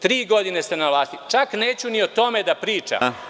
Tri godine ste na vlasti, čak neću ni o tome da pričam.